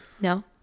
No